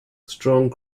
strong